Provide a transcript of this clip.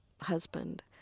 husband